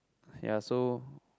ya so